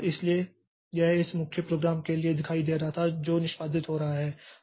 इसलिए यह इस मुख्य प्रोग्राम के लिए दिखाई दे रहा था जो निष्पादित हो रहा है